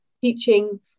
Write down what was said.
teaching